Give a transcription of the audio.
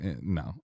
no